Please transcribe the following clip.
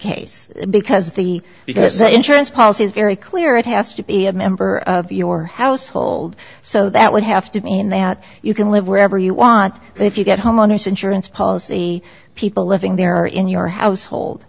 case because the because the insurance policy is very clear it has to be a member of your household so that would have to mean that you can live wherever you want but if you get homeowners insurance policy people living there in your household